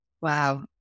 Wow